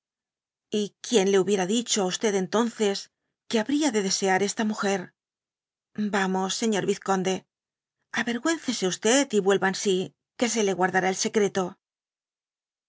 y quien le hubiera dicho á entonces que habría de desear esta muger vamos señor vizconde avergüénzese ü y vuelva en sí que se le guardará secreto